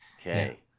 Okay